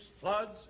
floods